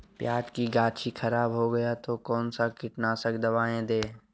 प्याज की गाछी खराब हो गया तो कौन सा कीटनाशक दवाएं दे?